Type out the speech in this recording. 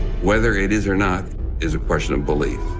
whether it is or not is a question of belief.